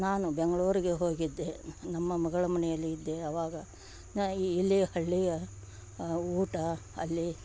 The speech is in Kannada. ನಾನು ಬೆಂಗಳೂರಿಗೆ ಹೋಗಿದ್ದೆ ನಮ್ಮ ಮಗಳ ಮನೆಯಲ್ಲಿ ಇದ್ದೆ ಅವಾಗ ನಾ ಈ ಇಲ್ಲಿಯ ಹಳ್ಳಿಯ ಊಟ ಅಲ್ಲಿ